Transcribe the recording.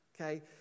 Okay